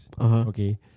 okay